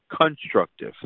constructive